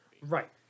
right